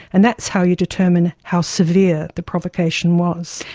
and that's how you determine how severe the provocation was.